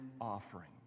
offering